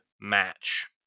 match